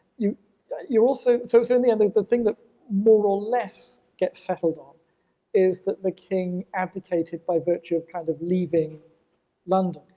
you know you're also, so so in the end like the thing that more or less gets settled on is that the king abdicated by virtue of kind of leaving london,